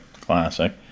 classic